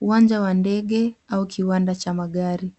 uwanja wa ndege au kiwanda cha magari.